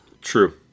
True